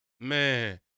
Man